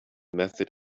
method